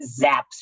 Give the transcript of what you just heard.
zaps